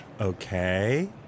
Okay